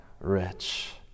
rich